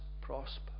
prosper